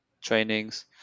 trainings